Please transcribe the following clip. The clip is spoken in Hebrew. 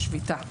בשביתה.